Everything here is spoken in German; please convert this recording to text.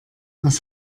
was